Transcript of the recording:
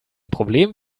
problem